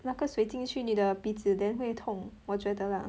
那个水进去你的鼻子 then 会痛我觉得 lah